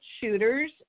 shooters